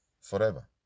forever